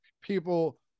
people